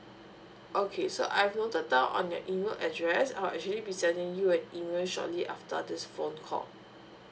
okay so I've noted down on your email address I'll actually be sending you an email shortly after this phone call